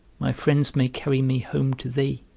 my friends may carry me home to thee,